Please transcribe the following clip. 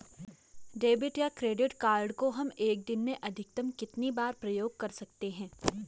Debit या credit card को हम एक दिन में अधिकतम कितनी बार प्रयोग कर सकते हैं?